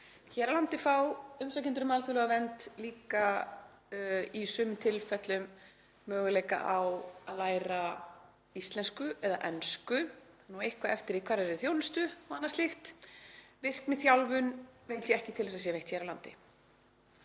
Hér á landi fá umsækjendur um alþjóðlega vernd líka í sumum tilfellum möguleika á að læra íslensku eða ensku, það fer eitthvað eftir því hvar þeir eru í þjónustu og annað slíkt. Virkniþjálfun veit ég ekki til þess að sé veitt hér á landi.